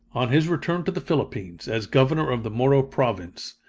on his return to the philippines, as governor of the moro province,